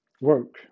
work